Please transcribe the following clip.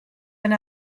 and